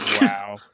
Wow